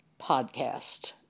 podcast